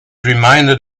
reminded